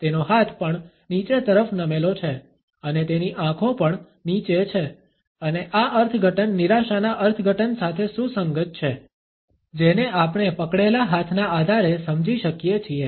તેનો હાથ પણ નીચે તરફ નમેલો છે અને તેની આંખો પણ નીચે છે અને આ અર્થઘટન નિરાશાના અર્થઘટન સાથે સુસંગત છે જેને આપણે પકડેલા હાથના આધારે સમજી શકીએ છીએ